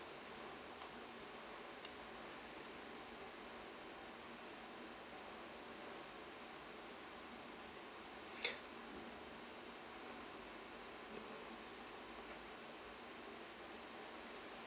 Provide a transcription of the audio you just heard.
mm